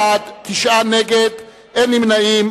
51 בעד, תשעה נגד, אין נמנעים.